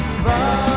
Bye